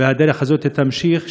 ושהדרך הזאת תימשך,